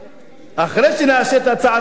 אחרי שנעשה את הצעת החוק,